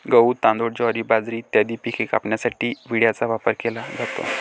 गहू, तांदूळ, ज्वारी, बाजरी इत्यादी पिके कापण्यासाठी विळ्याचा वापर केला जातो